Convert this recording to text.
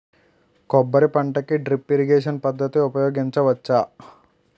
కొబ్బరి పంట కి డ్రిప్ ఇరిగేషన్ పద్ధతి ఉపయగించవచ్చా?